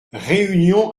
réunion